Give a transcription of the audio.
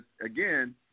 again